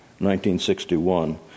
1961